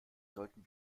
sollten